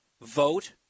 vote